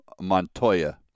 Montoya